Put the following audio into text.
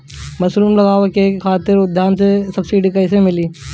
Mushroom लगावे खातिर उद्यान विभाग से सब्सिडी कैसे मिली?